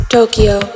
Tokyo